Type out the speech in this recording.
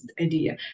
idea